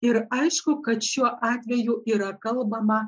ir aišku kad šiuo atveju yra kalbama